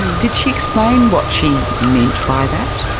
did she explain what she meant by that?